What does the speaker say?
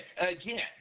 again